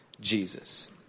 Jesus